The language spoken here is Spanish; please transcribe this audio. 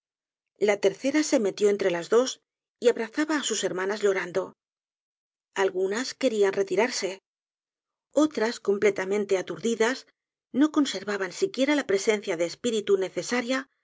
la tercera se metió entre las dos y abrazaba á sus hermanas llorando algunas querían retirarse otras completamente aturdidas no conservaban siquiera la presencia de espíritu necesaria